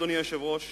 אדוני היושב-ראש,